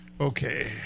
Okay